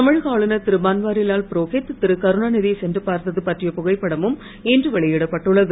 தமிழக ஆளுநர் திருபன்வாரிலால் புரோகித் திருகருணாநிதியை சென்று பார்த்தது பற்றிய புகைப்படமும் இன்று வெளியிடப்பட்டுள்ளது